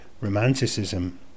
Romanticism